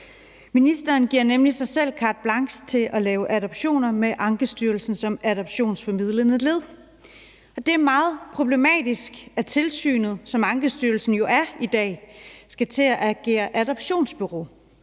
Ministeren giver nemlig sig selv carte blanche til at lave adoptioner med Ankestyrelsen som adoptionsformidlende led, og det er meget problematisk, at Ankestyrelsen med det tilsyn, som de har i dag, skal til at agere adoptionsbureau,